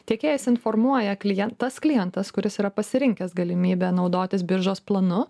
tiekėjas informuoja klien tas klientas kuris yra pasirinkęs galimybę naudotis biržos planu